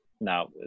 now